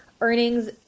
earnings